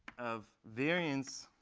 of variance